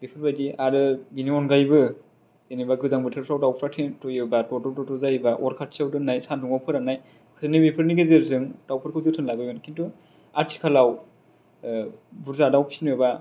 बेफोरबादि आरो बिनि अनगायैबो जेनोबा गोजान बोथोरफ्राव दाउफ्रा थेन्थ'योबा दद्र' दद्र' जायोबा अर खाथियाव दोन्नाय सान्दुंआव फोरान्नाय बेफोरनि गेजेरजों दाउफोरखौ जोथोन लाबोयोमोन खिन्थु आथिखालाव बुरजा दाउ फिनोबा